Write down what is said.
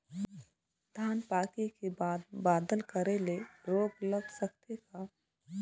धान पाके के बाद बादल करे ले रोग लग सकथे का?